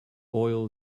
oil